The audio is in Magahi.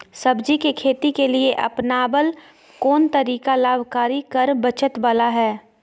सब्जी के खेती के लिए अपनाबल कोन तरीका लाभकारी कर बचत बाला है?